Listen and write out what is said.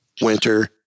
winter